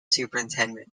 superintendent